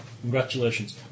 Congratulations